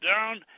down